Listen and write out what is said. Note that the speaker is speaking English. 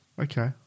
Okay